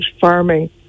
farming